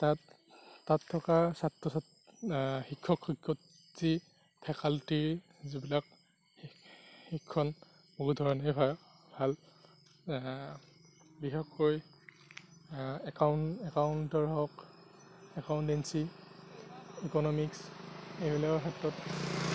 তাত তাত থকা ছাত্ৰ ছাত শিক্ষক শিক্ষয়িত্ৰী ফেকাল্টি যিবিলাক শিক্ষণ বহু ধৰণে ভাল ভাল বিশেষকৈ একাউণ্ট একাউণ্টৰ হওক একাউণ্টেঞ্চি ইকনমিক্স এইবিলাকৰ ক্ষেত্ৰত